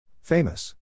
Famous